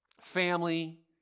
family